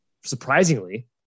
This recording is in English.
surprisingly